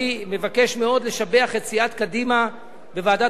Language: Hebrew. אני מבקש מאוד לשבח את סיעת קדימה בוועדת